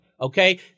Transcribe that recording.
Okay